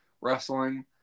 wrestling